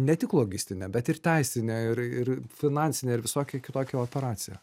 ne tik logistinė bet ir teisinė ir finansinė ir visokia kitokia operacija